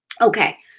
Okay